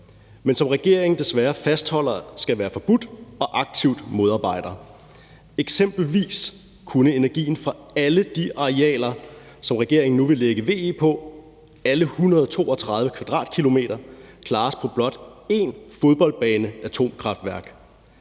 men som regeringen desværre fastholder skal være forbudt og aktivt modarbejder. Eksempelvis kunne energien fra alle de arealer, som regeringen nu vil lægge VE på, alle 132 km², klares på blot én fodboldbane atomkraftværk.